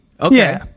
Okay